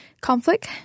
conflict